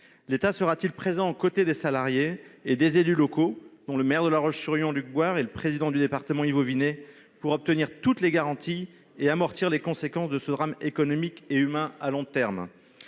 L'État sera-t-il présent aux côtés des salariés et des élus locaux, dont le maire de La Roche-sur-Yon, Luc Bouard, et le président du département, Yves Auvinet, pour obtenir toutes les garanties et amortir les conséquences de ce drame économique et humain à long terme ?